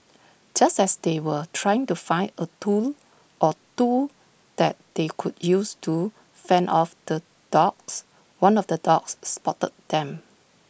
just as they were trying to find A tool or two that they could use to fend off the dogs one of the dogs spotted them